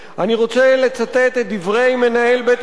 אני רוצה לצטט את דברי מנהל בית-הספר